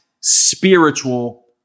spiritual